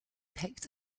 picked